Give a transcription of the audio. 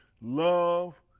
Love